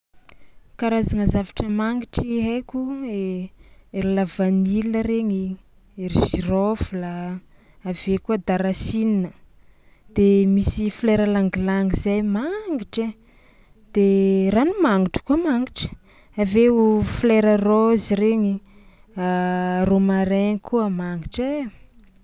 Karazagna zavatra mangitry haiko e- ery lavanila regny, ery girofle, avy eo koa darasina, de misy folera ylang-ylang zay mangitra de ranomangitra koa mangitra, avy eo folera raozy regny, romarin koa mangitra ai.